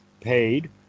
paid